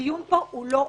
הדיון פה הוא לא ענייני.